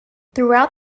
throughout